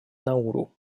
науру